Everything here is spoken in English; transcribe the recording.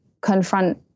confront